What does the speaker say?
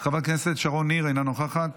חברת הכנסת שרון ניר, אינה נוכחת,